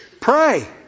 Pray